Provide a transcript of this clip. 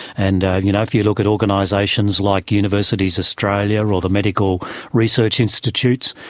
and you know, if you look at organisations like universities australia or the medical research institutes,